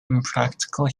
impractical